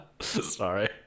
sorry